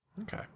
Okay